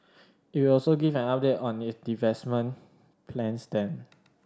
it will also give an update on it divestment plans then